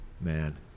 man